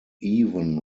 even